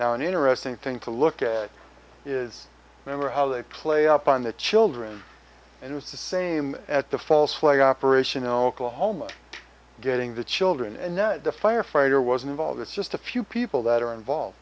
now an interesting thing to look at is they were how they play up on the children and it's the same at the false flag operation oklahoma getting the children and the firefighter was involved it's just a few people that are involved